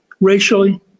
racially